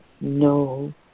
no